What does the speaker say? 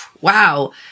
wow